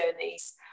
journeys